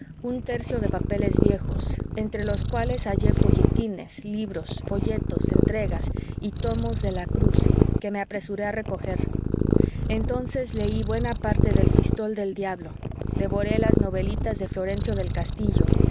un tercio de papeles viejos entre los cuales hallé folletines libros folletos entregas y tomos de la cruz que me apresuré a recoger entonces leí buena parte de el fistol del diablo devoré las novelitas de florencio del castillo